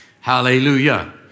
Hallelujah